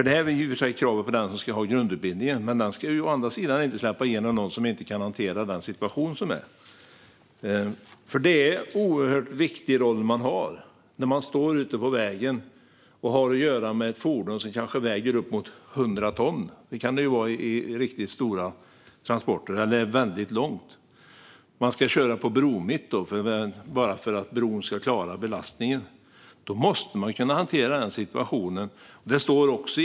Det här är i och för sig kraven på den som ska hålla grundutbildningen. Men den ska å andra sidan inte släppa igenom någon som inte kan hantera en sådan situation. Det är en oerhört viktig roll man har när man står ute på vägen och har att göra med fordon som kanske väger upp mot 100 ton, som det kan vara med riktigt stora transporter, eller är väldigt långt. Då ska transporten köras på bromitt, för att bron ska klara belastningen. En sådan situation måste man kunna hantera.